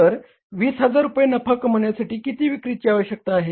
तर 20000 रुपये नफा कमविण्यासाठी किती विक्रीची आवश्यकता आहे